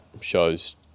shows